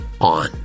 on